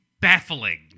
baffling